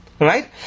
Right